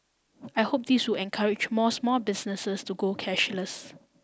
I hope this will encourage more small businesses to go cashless